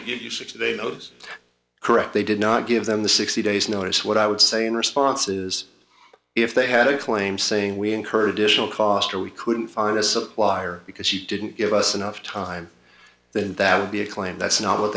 they give you six today those correct they did not give them the sixty days notice what i would say in response is if they had a claim saying we incur additional cost or we couldn't find a supplier because he didn't give us enough time then that would be a claim that's not what